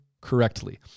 correctly